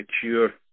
secure